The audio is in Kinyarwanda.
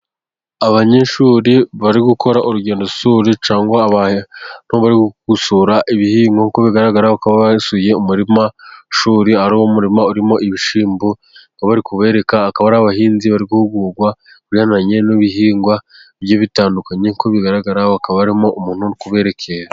Abanyeshuri bari gukora urugendo shuri cyangwa abantu bari gusura ibihingwa. Uko bigaragara bakaba basuye umurimashuri, ari wo murima urimo ibishyimbo, bakaba bari kubereka, akaba ari abahinzi bari guhugurwa, ibijyaniranye n'ibihingwa bigiye bitandukanye, uko bigaragara hakaba harimo umuntu uri kuberekera.